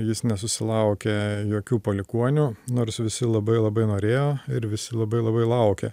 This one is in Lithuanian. jis nesusilaukė jokių palikuonių nors visi labai labai norėjo ir visi labai labai laukė